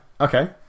Okay